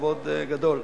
כבוד גדול.